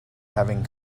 having